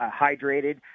hydrated